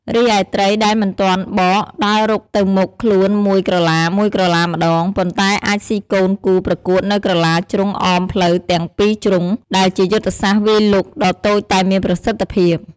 រីឯ ត្រី ដែលមិនទាន់បក ដើររុកទៅមុខខ្លួនមួយក្រឡាៗម្តង ប៉ុន្តែអាចស៊ីកូនគូប្រកួតនៅក្រឡាជ្រុងអមផ្លូវទាំងពីរជ្រុង ដែលជាយុទ្ធសាស្ត្រវាយលុកដ៏តូចតែមានប្រសិទ្ធភាព។